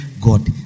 God